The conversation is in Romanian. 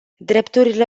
drepturile